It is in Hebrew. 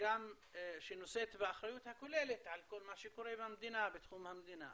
שנושאת באחריות הכוללת על כל מה שקורה במדינה בתחום המדינה,